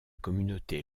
communauté